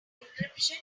encryption